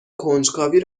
کنجکاوی